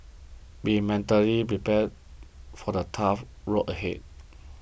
be mentally prepared for the tough road ahead